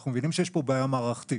אנחנו מבינים שיש פה בעיה מערכתית.